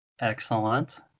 Excellent